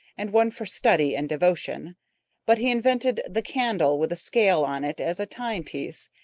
and one for study and devotion but he invented the candle with a scale on it as a time-piece,